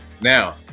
now